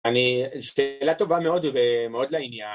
אני, שאלה טובה מאוד ומאוד לעניין